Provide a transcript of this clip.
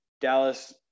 Dallas